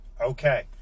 Okay